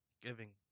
giving